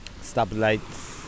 Stoplights